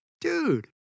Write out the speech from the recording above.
dude